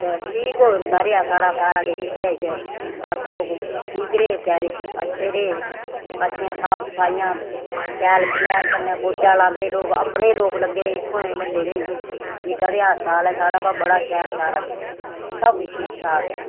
ते ठीक होंदा रेहा साढ़ा सारा किश इत्ते च ते अस लोक ठीक रेह् बेचारे अच्छे रेह् अच्छियां साफ सफाइयां शैल फरनैल कन्नै पोचा लांदे लोक अपने ई लोक लग्गे दे इत्थुंआं म्हल्ले दे ई निक्का देहा अस्पताल ऐ साढ़ा बा बड़ा शैल सारा किश सब किश ठीक ठाक ऐ